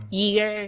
year